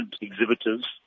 exhibitors